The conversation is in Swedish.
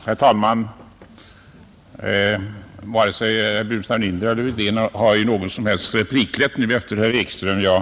Herr talman! Varken herr Burenstam Linder eller herr Wedén har rätt till någon replik nu efter herr Ekströms anförande.